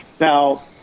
Now